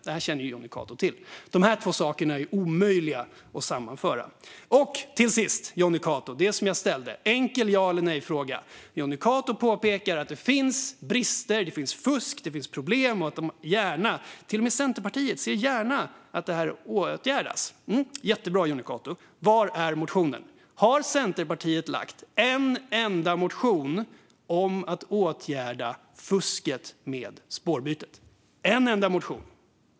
Detta känner Jonny Cato till. Dessa två saker är omöjliga att sammanföra. Och till sist, Jonny Cato, ställde jag en enkel ja-eller-nej-fråga. Jonny Cato påpekar att det finns brister, fusk och problem och att till och med Centerpartiet gärna ser att det åtgärdas. Det är jättebra, men var är motionen? Har Centerpartiet väckt en enda motion om att åtgärda fusket vid spårbyte?